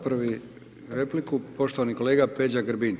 Prvi repliku, poštovani kolega Peđa Grbin.